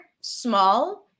small